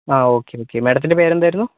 ആ okay okay മാഡത്തിന്റെ പേരെന്തായിരുന്നു